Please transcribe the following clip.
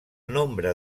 nombre